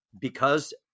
because-